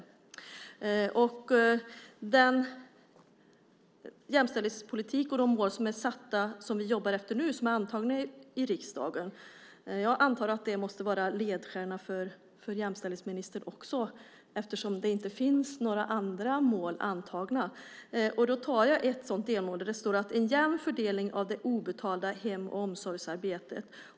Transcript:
Jag antar att den jämställdhetspolitik och de mål som vi jobbar efter nu och som är antagna i riksdagen måste vara en ledstjärna även för jämställdhetsministern eftersom det inte finns några andra mål antagna. Ett sådant delmål är en jämn fördelning av det obetalda hem och omsorgsarbetet.